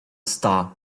star